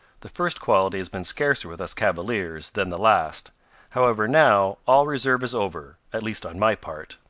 the first quality has been scarcer with us cavaliers than the last however, now, all reserve is over, at least on my part.